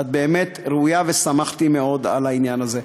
ואת באמת ראויה, ושמחתי מאוד על העניין הזה.